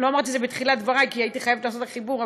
לא אמרתי את זה בתחילת דברי כי הייתי חייבת לעשות את החיבור,